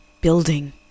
building